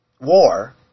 war